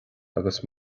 agus